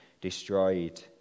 destroyed